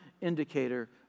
indicator